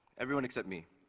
everyone except me.